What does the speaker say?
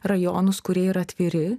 rajonus kurie yra atviri